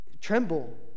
tremble